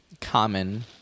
common